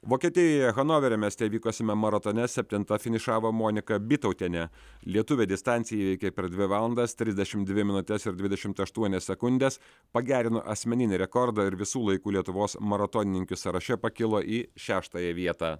vokietijoje hanoverio mieste vykusiame maratone septinta finišavo monika bytautienė lietuvė distanciją įveikė per dvi valandas trisdešim dvi minutes ir dvidešimt aštuonias sekundes pagerino asmeninį rekordą ir visų laikų lietuvos maratonininkių sąraše pakilo į šeštąją vietą